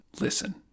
listen